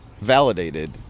validated